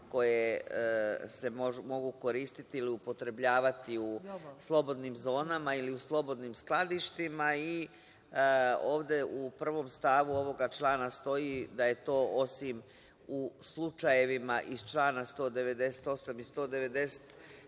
koje se mogu koristiti ili upotrebljavati u slobodnim zonama i slobodnim skladištima i ovde u prvom stavu ovog člana stoji da je to osim u slučajevima iz člana 198. i 199.